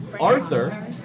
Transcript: Arthur